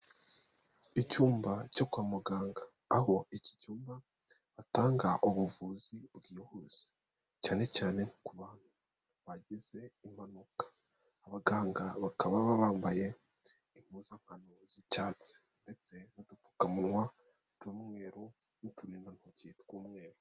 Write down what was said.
Icyumba cyo kwa muganga. Aho iki cyumba atanga ubuvuzi bwihuse, cyane cyane ku bantu bagize impanuka. Abaganga bakaba bambaye impuzankano z'icyatsi ndetse n'udupfukamunwa tw'umweruru n'uturindantoki tw'umweru.